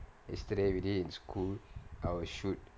yesterday already in school I will shoot